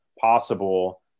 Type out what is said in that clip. possible